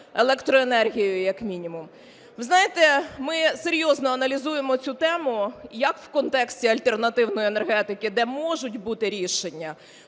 електроенергією як мінімум. Ви знаєте, ми серйозно аналізуємо цю тему, як в контексті альтернативної енергетики, де можуть бути рішення,